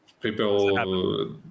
People